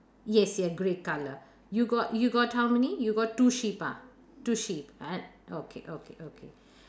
yes ye~ grey colour you got you got how many you got two sheep ah two sheep a~ okay okay okay